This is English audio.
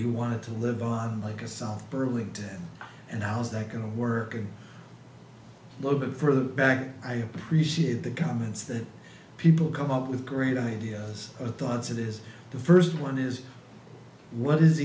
you want to live like a south burlington and how's that going to work a little bit further back i appreciate the comments that people come up with great ideas or thoughts it is the first one is what is